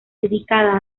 dedicada